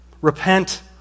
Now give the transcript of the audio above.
Repent